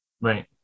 right